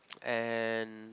and